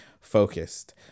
focused